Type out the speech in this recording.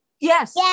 Yes